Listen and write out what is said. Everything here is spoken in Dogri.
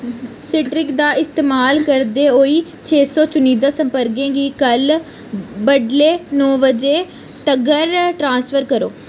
सीट्रिक दा इस्तेमाल करदे होई छे सौ चुनिंदा संपर्कें गी कल्ल बडलै नौ बजे तगर ट्रांसफर करो